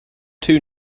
two